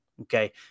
Okay